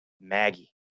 Maggie